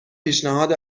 پیشنهاد